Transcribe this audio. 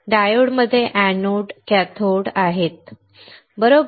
डायोडमध्ये एनोड आणि कॅथोड आहेत बरोबर